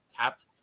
tapped